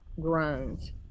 groans